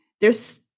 theres